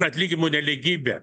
atlyginimų nelygybė